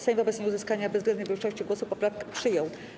Sejm wobec nieuzyskania bezwzględnej większości głosów poprawkę przyjął.